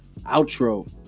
outro